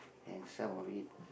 and some of it